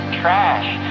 trash